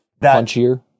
Punchier